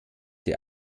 der